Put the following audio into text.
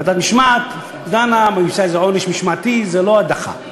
ועדת משמעת דנה, יש איזה עונש משמעתי, זה לא הדחה.